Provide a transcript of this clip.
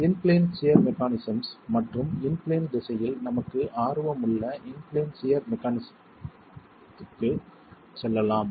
இன் plane shear mechanisms மற்றும் in plane திசையில் நமக்கு ஆர்வமுள்ள இன் பிளேன் சியர் மெக்கானிசம்க்குச் செல்லலாம்